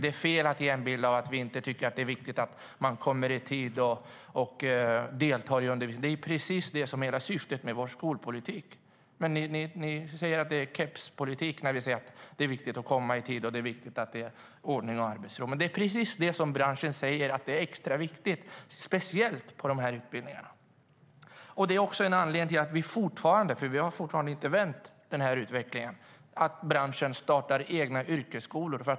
Det är fel att ge en bild av att vi inte tycker att det är viktigt att man kommer i tid och deltar i undervisningen. Det är precis det som är hela syftet med vår skolpolitik. Men ni säger att det är "kepspolitik" när vi säger att det är viktigt att komma i tid och att det är viktigt med ordning och arbetsro. Men det är precis det som branschen säger är extra viktigt, speciellt på de här utbildningarna. Det är också en anledning till - för vi har ännu inte vänt utvecklingen - att branschen startar egna yrkesskolor.